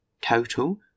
Total